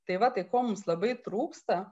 tai va tai ko mums labai trūksta